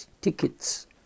tickets